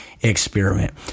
experiment